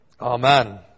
Amen